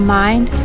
mind